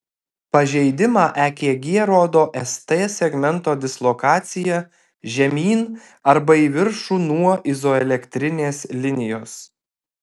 pažeidimą ekg rodo st segmento dislokacija žemyn arba į viršų nuo izoelektrinės linijos